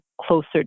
closer